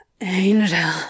Angel